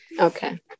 Okay